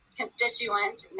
constituent